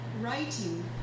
writing